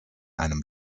einem